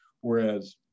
whereas